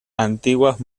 antiguas